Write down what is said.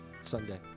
Sunday